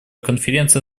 конференция